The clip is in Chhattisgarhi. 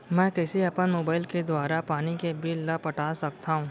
मैं कइसे अपन मोबाइल के दुवारा पानी के बिल ल पटा सकथव?